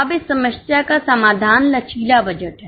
अब इस समस्या का समाधान लचीला बजट है